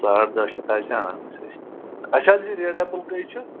ساڑ دٔہ شَتھ حظ چھِ اَنان أسۍ اچھا یہِ ریڈ ایٚپل کٔہۍ چھُ